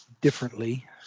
differently